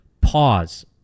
pause